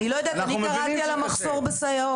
אנחנו מבינים שקשה.